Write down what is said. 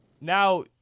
now